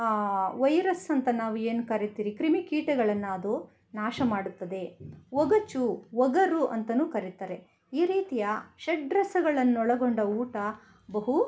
virus ಅಂತ ನಾವು ಏನು ಕರಿತೀರಿ ಕ್ರಿಮಿ ಕೀಟಗಳನ್ನು ಅದು ನಾಶ ಮಾಡುತ್ತದೆ ಒಗಚು ಒಗರು ಅಂತಲೂ ಕರೀತಾರೆ ಈ ರೀತಿಯ ಷಡ್ರಸಗಳನ್ನು ಒಳಗೊಂಡ ಊಟ ಬಹು